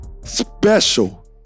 special